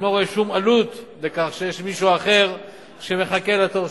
הוא אינו רואה שום עלות בכך שיש מישהו אחר שמחכה לתור,